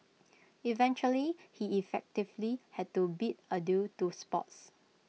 eventually he effectively had to bid adieu to sports